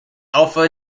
alpha